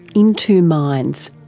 in two minds.